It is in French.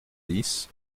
dix